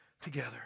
together